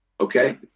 Okay